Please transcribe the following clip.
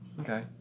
Okay